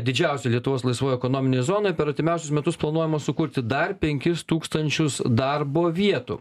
didžiausioje lietuvos laisvoje ekonominėje zonoje per artimiausius metus planuojama sukurti dar penkis tūkstančius darbo vietų